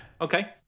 Okay